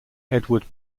edward